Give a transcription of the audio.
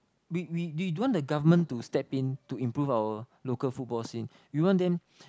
we we we don't want the Government to step in to improve our local football scene we want them